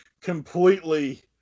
completely